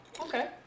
okay